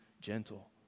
gentle